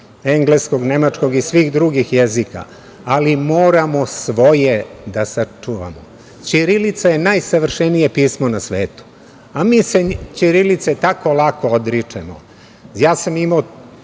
engleskog, nemačkog i svih drugih jezika, ali moramo svoje da sačuvamo. Ćirilica je najsavršenije pismo na svetu, a mi se ćirilice tako lako odričemo. Ja sam imao